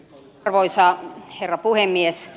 arvoisa herra puhemies